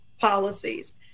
policies